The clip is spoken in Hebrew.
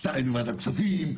שניים בוועדת כספים,